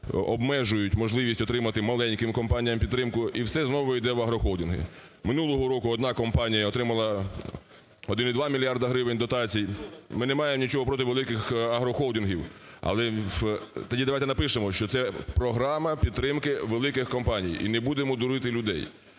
обмежують можливість отримати маленьким компаніям підтримку і все знову йде в агрохолдинги. Минулого року одна компанія отримала 1,2 мільярда гривень дотацій, ми не маємо нічого проти великих агрохолдингів. Тоді давайте напишемо, що це програма підтримки великих компаній і не будемо дурити людей.